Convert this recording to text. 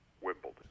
Wimbledon